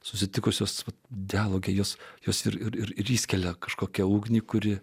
susitikusios dialoge jos jos ir ir įskelia kažkokią ugnį kuri